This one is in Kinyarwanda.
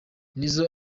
nizzo